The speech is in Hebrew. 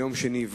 ביום שני,